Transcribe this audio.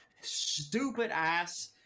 stupid-ass